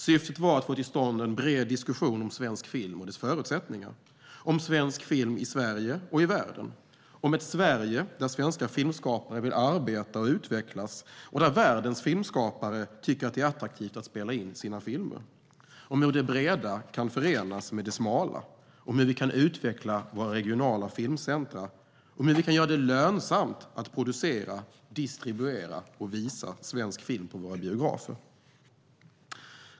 Syftet var att få till stånd en bred diskussion om svensk film och dess förutsättningar: om svensk film i Sverige och i världen, om ett Sverige där svenska filmskapare vill arbeta och utvecklas och där världens filmskapare tycker att det är attraktivt att spela in sina filmer, om hur det breda kan förenas med det smala, om hur vi kan utveckla våra regionala filmcentrum och om hur vi kan göra det lönsamt att producera, distribuera och visa svensk film på våra biografer.